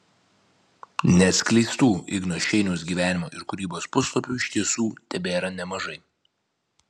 neatskleistų igno šeiniaus gyvenimo ir kūrybos puslapių iš tiesų tebėra nemažai